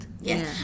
Yes